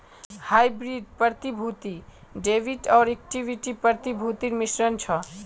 hybrid प्रतिभूति debit आर equity प्रतिभूतिर मिश्रण छ